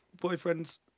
boyfriend's